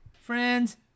Friends